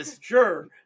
Sure